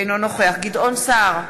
אינו נוכח גדעון סער,